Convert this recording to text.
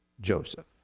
Joseph